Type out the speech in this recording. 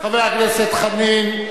חבר הכנסת חנין,